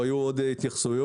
היו עוד התייחסויות